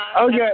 Okay